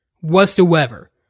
Whatsoever